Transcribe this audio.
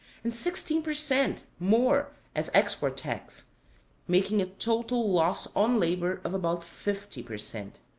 and sixteen per cent. more as export tax making a total loss on labor of about fifty per cent.